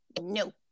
no